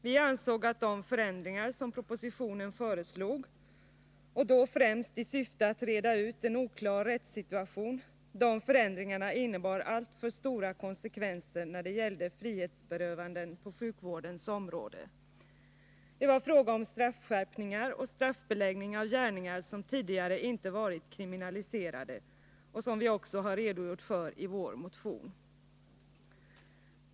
Vi ansåg att de förändringar som propositionen föreslog — och då främst i syfte att reda ut en oklar rättssituation — innebar alltför stora konsekvenser när det gällde frihetsberövanden på sjukvårdens område. Det var fråga om straffskärpningar och straffbeläggning av gärningar som tidigare inte varit kriminaliserade, vilket vi också redogjort för i vår motion.